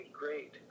great